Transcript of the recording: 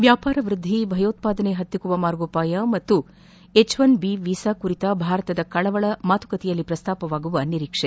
ವ್ಯಾಪಾರ ವೃದ್ದಿ ಭಯೋತ್ಪಾದನೆ ಹತ್ತಿಕ್ಕುವ ಮಾರ್ಗೋಪಾಯ ಹಾಗೂ ಎಚ್ಒನ್ಬಿ ವೀಸಾ ಕುರಿತ ಭಾರತದ ಕಳವಳ ಮಾತುಕತೆಯಲ್ಲಿ ಪ್ರಸ್ತಾಪವಾಗುವ ನಿರೀಕ್ಷೆ